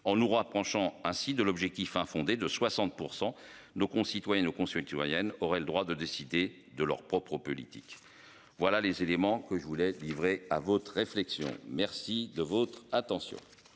on nous roi penchant ainsi de l'objectif infondées de 60% nos concitoyens nos consulte ivoirienne aurait le droit de décider de leur propre politique. Voilà les éléments que je voulais livrer à votre réflexion. Merci de votre attention.